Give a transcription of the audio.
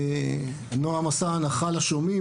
נעם עשה הנחה לשומעים,